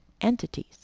entities